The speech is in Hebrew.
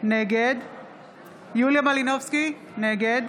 נגד יוליה מלינובסקי, נגד